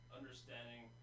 understanding